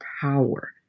Power